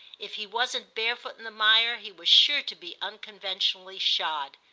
if he wasn't barefoot in the mire he was sure to be unconventionally shod.